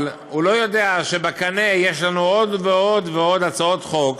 אבל הוא לא יודע שבקנה יש לנו עוד ועוד ועוד הצעות חוק